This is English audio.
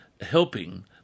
helping